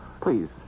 Please